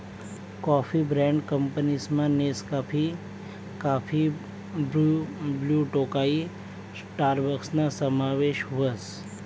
coffee brand कंपनीसमा Nescafe, coffee Bru, Blue Tokai स्टारबक्सना समावेश व्हस